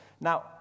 Now